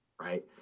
right